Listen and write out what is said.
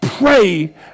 pray